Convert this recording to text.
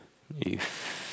if